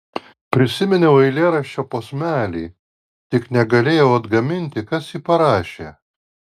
prisiminiau eilėraščio posmelį tik negalėjau atgaminti kas jį parašė